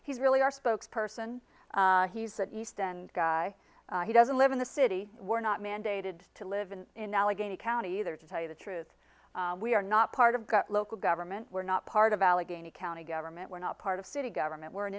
he's really our spokes person he's the east end guy he doesn't live in the city we're not mandated to live in allegheny county they're to tell you the truth we are not part of local government we're not part of allegheny county government we're not part of city government we're an